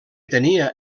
tenia